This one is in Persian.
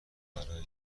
برای